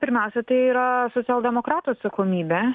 pirmiausia tai yra socialdemokratų atsakomybė